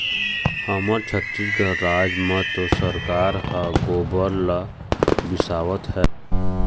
हमर छत्तीसगढ़ राज म तो सरकार ह गोबर ल बिसावत हे